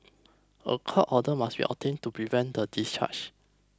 a court order must be obtained to prevent the discharge